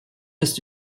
ist